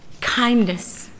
kindness